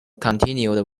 continued